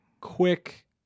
quick